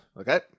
Okay